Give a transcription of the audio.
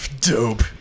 Dope